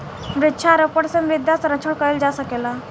वृक्षारोपण से मृदा संरक्षण कईल जा सकेला